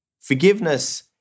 Forgiveness